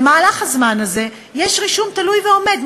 במהלך הזמן הזה יש רישום תלוי ועומד,